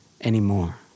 anymore